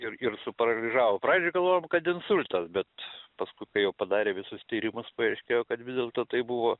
ir ir suparalyžavo pradžioj galvojom kad insultas bet paskui kai jau padarė visus tyrimus paaiškėjo kad vis dėlto tai buvo